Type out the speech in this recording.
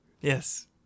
Yes